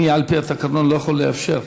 אני על-פי התקנון לא יכול לאפשר.